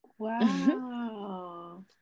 Wow